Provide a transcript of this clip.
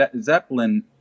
Zeppelin